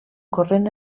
corrent